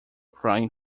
crying